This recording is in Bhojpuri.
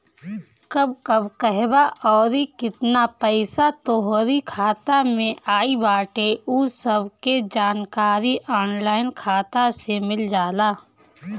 कब कब कहवा अउरी केतना पईसा तोहरी खाता में आई बाटे उ सब के जानकारी ऑनलाइन खाता से मिल जाला